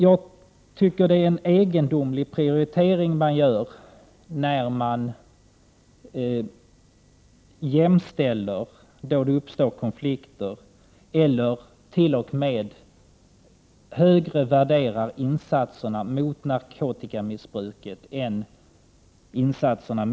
Jag tycker det är en egendomlig prioritering när man värderar insatser mot narkotikamissbruket högre än insatser mot HIV-infektion och aids.